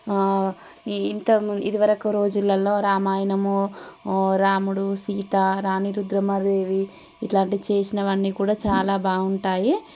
ఇంతకుముం ఇది వరకు రోజులలో రామాయణము రాముడు సీత రాణి రుద్రమదేవి ఇలాంటి చేసినవన్నీ కూడా చాలా బాగుంటాయి